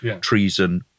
treason